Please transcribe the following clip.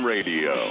Radio